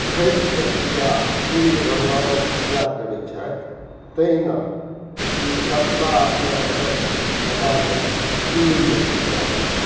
छैठके पूजा सूर्य भगवानक पूजा करै छथि तहिना ई कसबामे अवस्थित समाजक सूर्य पूजा छियनि